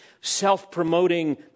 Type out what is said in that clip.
self-promoting